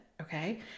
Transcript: Okay